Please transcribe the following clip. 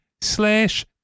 slash